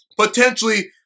potentially